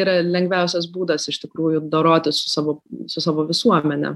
yra lengviausias būdas iš tikrųjų dorotis su savo su savo visuomene